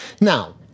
Now